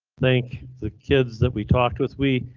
thank the kids that we talked with we,